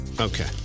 Okay